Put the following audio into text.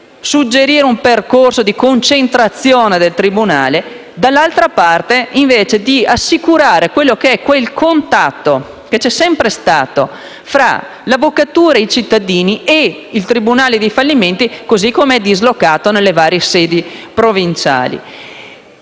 suggerire quindi un percorso di concentrazione del tribunale; dall'altra, assicurare quel contatto che c'è sempre stato fra l'avvocatura, i cittadini e il tribunale dei fallimenti, così come dislocato nelle varie sedi provinciali,